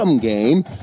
game